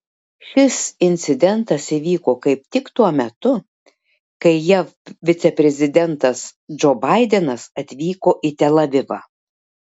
šis incidentas įvyko kaip tik tuo metu kai jav viceprezidentas džo baidenas atvyko į tel avivą